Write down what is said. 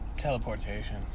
Teleportation